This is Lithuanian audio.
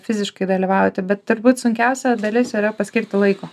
fiziškai dalyvauti bet turbūt sunkiausia dalis yra paskirti laiko